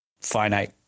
finite